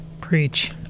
Preach